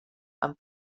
amb